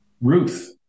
Ruth